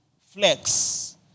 flex